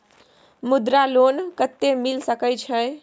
मुद्रा लोन कत्ते मिल सके छै?